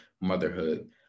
motherhood